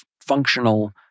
functional